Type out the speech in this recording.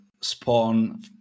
spawn